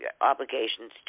obligations